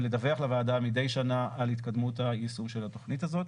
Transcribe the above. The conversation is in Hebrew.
ולדווח לוועדה מדי שנה על התקדמות היישום של התוכנית הזאת.